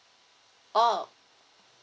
orh